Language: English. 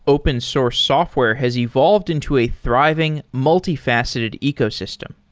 open source software has evolved into a thriving multifaceted ecosystem.